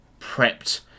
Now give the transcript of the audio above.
prepped